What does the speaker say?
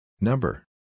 Number